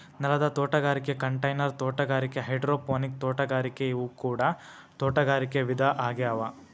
ನೆಲದ ತೋಟಗಾರಿಕೆ ಕಂಟೈನರ್ ತೋಟಗಾರಿಕೆ ಹೈಡ್ರೋಪೋನಿಕ್ ತೋಟಗಾರಿಕೆ ಇವು ಕೂಡ ತೋಟಗಾರಿಕೆ ವಿಧ ಆಗ್ಯಾವ